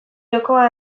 jokoa